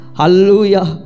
Hallelujah